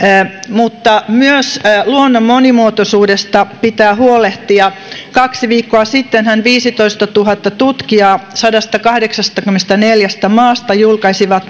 mutta myös luonnon monimuotoisuudesta pitää huolehtia kaksi viikkoa sittenhän viisitoistatuhatta tutkijaa sadastakahdestakymmenestäneljästä maasta julkaisi